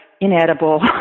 inedible